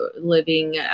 living